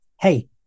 hey